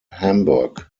hamburg